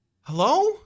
Hello